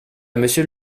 monsieur